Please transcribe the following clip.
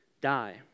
die